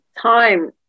time